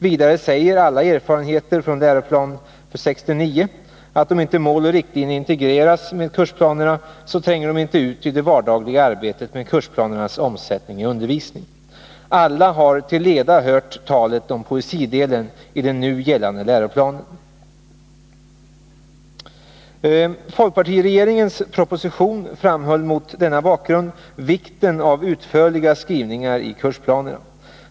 Vidare säger alla erfarenheter från Lgr 69 att om inte Mål och riktlinjer integreras med kursplanerna, så tränger de inte ut i det dagliga arbetet med kursplanernas omsättning i undervisning -— alla har till leda hört talet om poesidelen i den nu gällande läroplanen. I folkpartiregeringens proposition framhölls mot denna bakgrund vikten av utförliga skrivningar i kursplanerna.